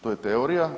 To je teorija.